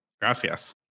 gracias